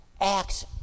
acts